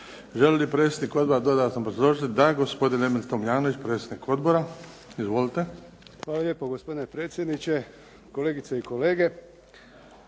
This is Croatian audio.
Hvala vam